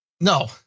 no